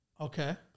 Okay